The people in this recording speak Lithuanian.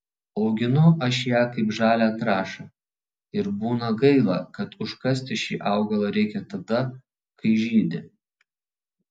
auginu aš ją kaip žalią trąšą ir būna gaila kad užkasti šį augalą reikia tada kai žydi